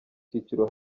cyiciro